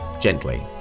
gently